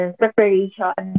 preparation